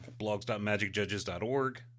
blogs.magicjudges.org